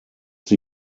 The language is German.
sie